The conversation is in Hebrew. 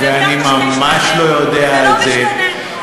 וזה לא משתנה.